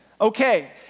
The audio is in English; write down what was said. Okay